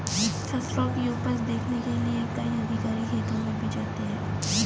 फसलों की उपज देखने के लिए कई अधिकारी खेतों में भी जाते हैं